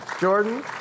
Jordan